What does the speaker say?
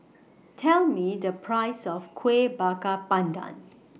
Tell Me The Price of Kueh Bakar Pandan